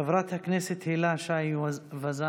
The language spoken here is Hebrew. חברת הכנסת הילה שי וזאן,